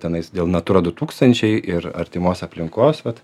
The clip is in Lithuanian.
tenais dėl nu atrodo tūkstančiai ir artimos aplinkos vat